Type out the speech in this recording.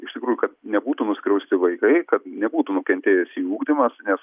iš tikrųjų kad nebūtų nuskriausti vaikai kad nebūtų nukentėjęs jų ugdymas nes